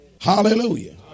Hallelujah